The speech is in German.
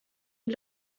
die